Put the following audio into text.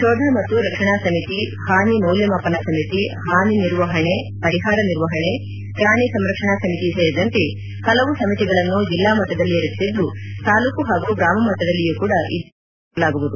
ಶೋಧ ಮತ್ತು ರಕ್ಷಣಾ ಸಮಿತಿ ಹಾನಿ ಮೌಲ್ಯಮಾಪನ ಸಮಿತಿ ಹಾನಿ ನಿರ್ವಹಣೆ ಪರಿಹಾರ ನಿರ್ವಹಣೆ ಪ್ರಾಣಿ ಸಂರಕ್ಷಣಾ ಸಮಿತಿ ಸೇರಿದಂತೆ ಹಲವು ಸಮಿತಿಗಳನ್ನು ಜಿಲ್ಲಾ ಮಟ್ಟದಲ್ಲಿ ರಚಿಸಿದ್ದು ತಾಲೂಕು ಹಾಗೂ ಗ್ರಾಮಮಟ್ಟದಲ್ಲಿಯೂ ಕೂಡ ಇದೇ ರೀತಿ ಸಮಿತಿಗಳನ್ನು ರಚಿಸಲಾಗುವದು